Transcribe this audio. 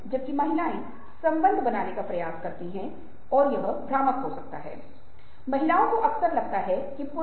आप कहते हैं कि उसे खुश रहने दो उस व्यक्ति को सब कुछ अच्छा होने दो